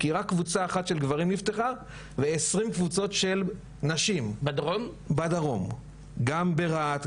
כי רק קבוצה אחת של גברים נפתחה ועשרים קבוצות של נשים בדרום גם ברהט,